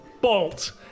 bolt